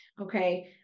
Okay